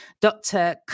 Dr